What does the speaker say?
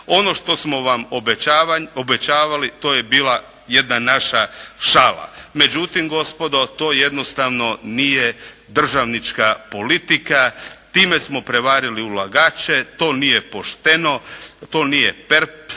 Ono što smo vam obećavali, to je bila jedna naša šala. Međutim, gospodo, to jednostavno nije državnička politika, time smo prevarili ulagače. To nije pošteno, to nije